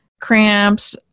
cramps